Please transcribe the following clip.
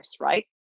right